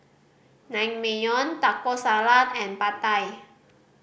Naengmyeon Taco Salad and Pad Thai